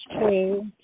true